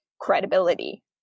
credibility